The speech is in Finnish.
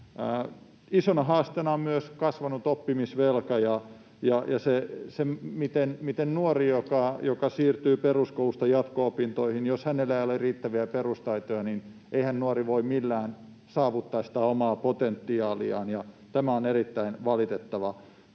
Isona haasteena on myös kasvanut oppimisvelka ja se, että jos nuorella, joka siirtyy peruskoulusta jatko-opintoihin, ei ole riittäviä perustaitoja, niin eihän hän voi millään saavuttaa sitä omaa potentiaaliaan, ja tämä on erittäin valitettavaa.